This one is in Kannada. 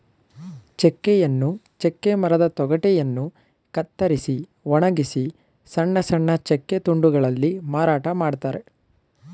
ಚೆಕ್ಕೆಯನ್ನು ಚೆಕ್ಕೆ ಮರದ ತೊಗಟೆಯನ್ನು ಕತ್ತರಿಸಿ ಒಣಗಿಸಿ ಸಣ್ಣ ಸಣ್ಣ ಚೆಕ್ಕೆ ತುಂಡುಗಳಲ್ಲಿ ಮಾರಾಟ ಮಾಡ್ತರೆ